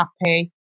happy